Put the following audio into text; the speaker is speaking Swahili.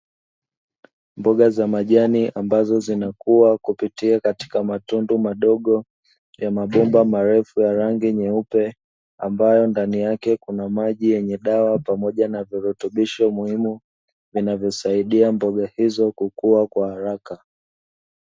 Mboga za majani ambazo zinakua kupitia katika matundu madogo ya mabomba marefu ya rangi nyeupe ambayo ndani yake kuna maji yenye dawa pamoja na virutubisho muhimu vinavyosaidia mboga hizo kukua kwa haraka.